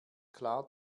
klar